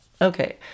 Okay